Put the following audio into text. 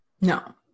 no